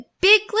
big